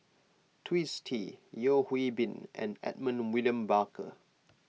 Twisstii Yeo Hwee Bin and Edmund William Barker